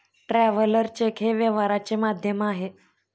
traveller cheque हे व्यवहाराचे माध्यम आहे